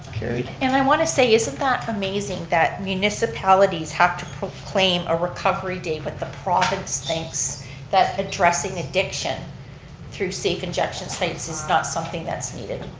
carried. and i want to say isn't that amazing that municipalities have to proclaim a recovery day but the province thinks that addressing addiction through safe injection sites is not something that's needed.